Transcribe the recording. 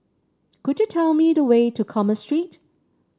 could you tell me the way to Commerce Street